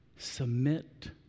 Submit